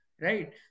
right